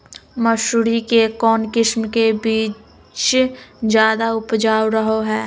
मसूरी के कौन किस्म के बीच ज्यादा उपजाऊ रहो हय?